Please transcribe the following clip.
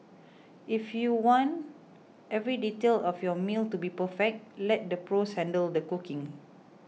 if you want every detail of your meal to be perfect let the pros handle the cooking